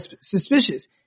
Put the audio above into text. suspicious